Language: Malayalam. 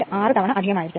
6 തവണ അധികം ആയിരിക്കും